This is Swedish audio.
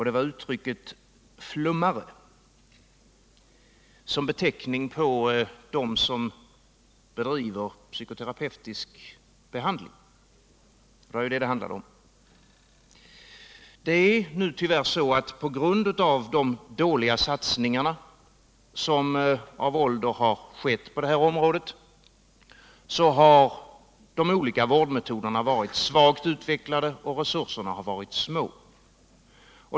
Det var uttrycket ”Nummare” som beteckning på dem som bedriver psykoterapeutisk behandling. Det är nog tyvärr så att på grund av de dåliga satsningar som av ålder skett på det här området har de olika vårdmetoderna varit svagt utvecklade och resurserna små.